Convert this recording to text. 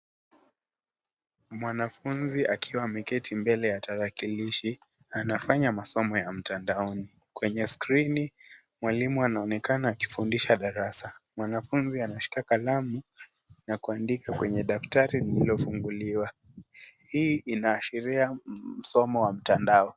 Mwanafunzi akiwa ameketi mbele ya tarakilishi, anafanya masomo ya mtandaoni. Kwenye skrini mwalimu anaonekana akifundisha darasa. Mwanafunzi anashika kalamu, na kuandika kwenye daftari lililofunguliwa. Hii inaashiria msomo wa mtandao.